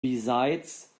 besides